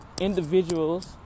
individuals